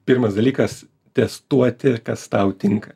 pirmas dalykas testuoti kas tau tinka